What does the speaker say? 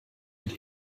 mit